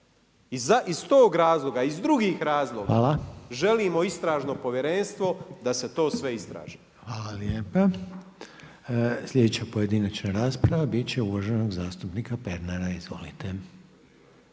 Iz tog razloga iz drugih razloga, želimo istražno povjerenstvo da se to sve istraži. **Reiner, Željko (HDZ)** Hvala lijepa. Sljedeća pojedinačna rasprava bit će uvaženog zastupnika Pernara. Izvolite.